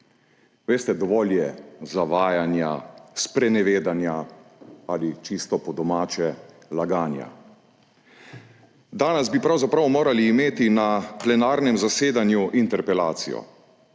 Veste, dovolj je zavajanja, sprenevedanja, ali čisto po domače laganja. Danes bi pravzaprav morali imeti na plenarnem zasedanju interpelacijo,